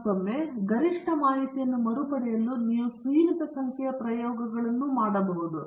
ಮತ್ತೊಮ್ಮೆ ಗರಿಷ್ಟ ಮಾಹಿತಿಯನ್ನು ಮರುಪಡೆಯಲು ನೀವು ಸೀಮಿತ ಸಂಖ್ಯೆಯ ಪ್ರಯೋಗಗಳನ್ನು ಮಾಡಬಹುದು